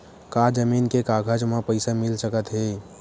का जमीन के कागज म पईसा मिल सकत हे?